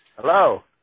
Hello